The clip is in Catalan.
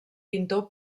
pintor